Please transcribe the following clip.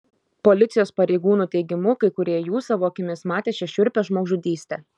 policijos pareigūnų teigimu kai kurie jų savo akimis matė šią šiurpią žmogžudystę